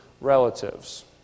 relatives